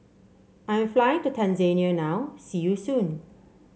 I am flying to Tanzania now see you soon